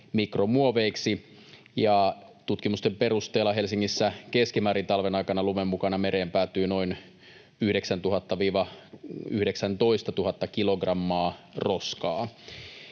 mikromuoveiksi. Tutkimusten perusteella Helsingissä keskimäärin talven aikana lumen mukana mereen päätyy noin 9 000—19 000 kilogrammaa roskaa.